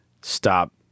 stop